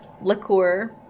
liqueur